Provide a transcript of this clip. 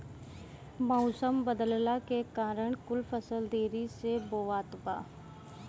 मउसम बदलला के कारण कुल फसल देरी से बोवात बा